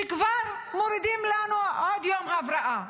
שכבר מורידים לנו עוד יום הבראה.